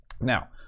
Now